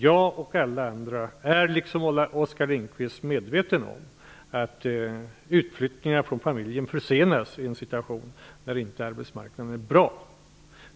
Jag och andra med mig är liksom Oskar Lindkvist medvetna om att utflyttningen från familjen försenas i en situation där arbetsmarknaden inte är bra.